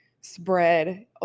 spread